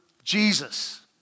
Jesus